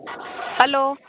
hello